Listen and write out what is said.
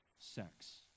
sex